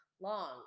long